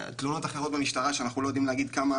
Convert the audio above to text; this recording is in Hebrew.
תלונות אחרות במשטרה שאנחנו לא יודעים כמה,